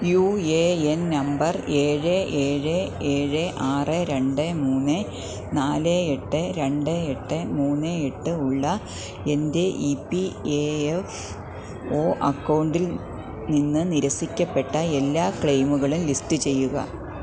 U A N number ഏഴ് ഏഴ് ഏഴ് ആറ് രണ്ട് മൂന്ന് നാല് എട്ട് രണ്ട് എട്ട് മൂന്ന് എട്ട് ഉള്ള എൻ്റെ E P A F O അക്കൗണ്ടിൽ നിന്ന് നിരസിക്കപ്പെട്ട എല്ലാ ക്ലെയിമുകളും ലിസ്റ്റ് ചെയ്യുക